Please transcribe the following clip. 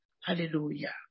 Hallelujah